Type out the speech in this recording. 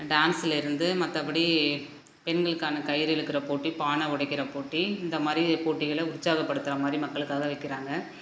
டான்ஸ்லிருந்து மற்றபடி பெண்களுக்கான கயிறு இழுக்குற போட்டி பானை உடைக்கிற போட்டி இந்த மாரி போட்டிகளை உற்சாகப்படுத்துகிற மாதிரி மக்களுக்காக வைக்கிறாங்க